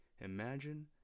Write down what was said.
imagine